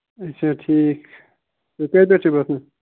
اَچھا ٹھیٖک تُہۍ کَتہِ پٮ۪ٹھ چھِو بَسان